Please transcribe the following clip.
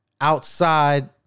Outside